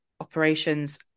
operations